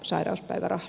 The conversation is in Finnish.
kiitos